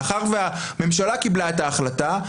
מאחר שהממשלה קיבלה את ההחלטה,